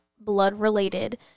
blood-related